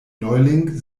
neuling